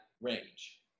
range